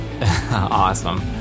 awesome